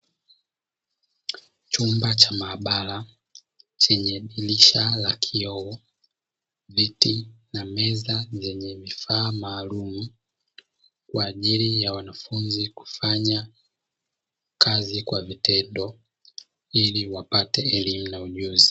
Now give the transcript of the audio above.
Chumba cha maabara chenye dirisha la kioo, viti na meza zenye vifaa maalumu kwa ajili ya wanafunzi kufanya kazi kwa vitendo, ili wapate elimu na ujuzi.